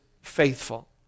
faithful